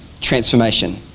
transformation